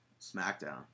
SmackDown